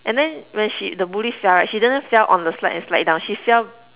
and then when she the Bully fell right she didn't fell on the slide and slide down she fell